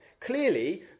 Clearly